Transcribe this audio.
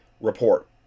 report